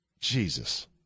Jesus